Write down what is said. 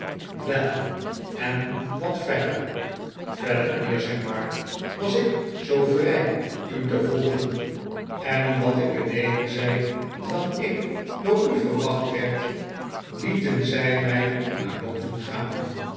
wel en wat verder verder mijnheer zei mark was ik zoo vrij u te volgen en omdat ik beneden zei dat ik door u verwacht werd lieten zij mij naar boven gaan